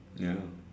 ya